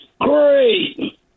Great